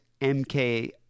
MK